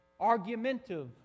Argumentive